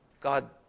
God